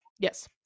Yes